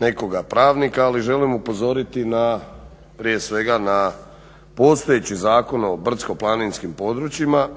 nekoga pravnika. Ali želim upozoriti prije svega na postojeći Zakon o brdsko-planinskim područjima